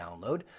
download